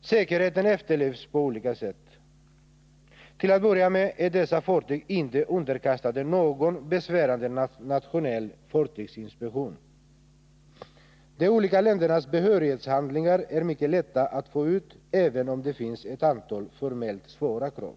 Säkerhetskraven efterlevs på olika sätt. Till att börja med är dessa fartyg inte underkastade någon besvärande nationell fartygsinspektion. De olika ländernas behörighetshandlingar är mycket lätta att få ut, även om det finns ett antal formellt svåra krav.